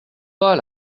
pas